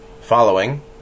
Following